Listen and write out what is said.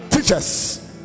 Teachers